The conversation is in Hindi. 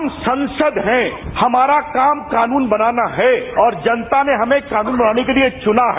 हम संसद हैं हमारा काम कानून बनाना है और जनता ने हमें कानून बनाने के लिए हमें चुना है